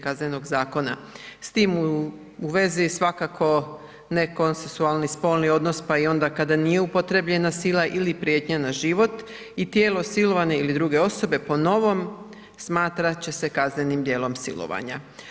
Kaznenog zakona, s tim u vezi svakako nekonsenzualni spolni odnos pa i onda kada nije upotrijebljena sila ili prijetnja na život i tijelo silovane ili druge osobe po novom smatrat će se kaznenim djelom silovanja.